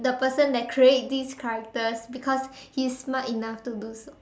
the person that create these characters because it's not enough to do